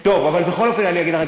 טוב, אבל בכל אופן אני אגיד לכם.